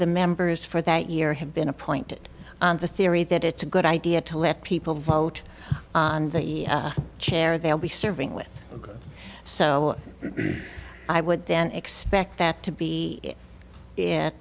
the members for that year have been appointed on the theory that it's a good idea to let people vote on the chair they'll be serving with so i would then expect that to be